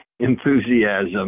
enthusiasm